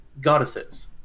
goddesses